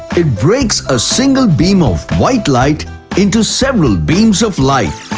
it breaks a single beam of white light into several beams of light.